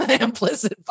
implicit